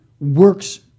works